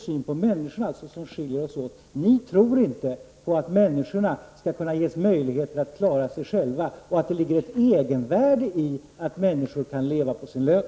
Men ni tror inte på detta att ge människorna möjlighet att klara sig själva eller att det finns ett egenvärde i att människor kan leva på sin lön.